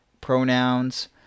pronouns